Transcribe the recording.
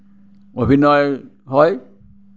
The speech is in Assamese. অভিনয় হয়